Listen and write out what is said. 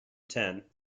ten